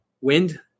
wind